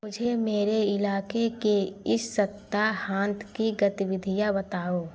मुझे मेरे इलाक़े के इस सप्ताहांत की गतिविधिया बताओ